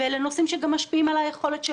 אלה נושאים שמשפיעים גם על היכולת של